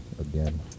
again